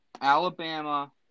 Alabama